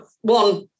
One